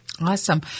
Awesome